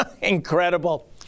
Incredible